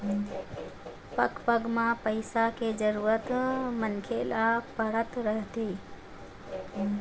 पग पग म पइसा के जरुरत मनखे ल पड़त रहिथे